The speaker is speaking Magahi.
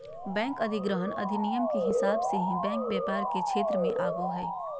बैंक अधिग्रहण अधिनियम के हिसाब से ही बैंक व्यापार के क्षेत्र मे आवो हय